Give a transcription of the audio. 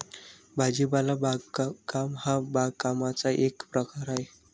भाजीपाला बागकाम हा बागकामाचा एक प्रकार आहे